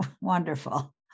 Wonderful